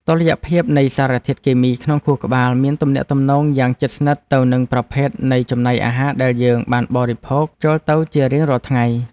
តុល្យភាពនៃសារធាតុគីមីក្នុងខួរក្បាលមានទំនាក់ទំនងយ៉ាងជិតស្និទ្ធទៅនឹងប្រភេទនៃចំណីអាហារដែលយើងបានបរិភោគចូលទៅជារៀងរាល់ថ្ងៃ។